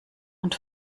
und